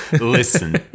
Listen